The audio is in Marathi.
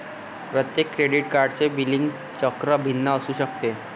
प्रत्येक क्रेडिट कार्डचे बिलिंग चक्र भिन्न असू शकते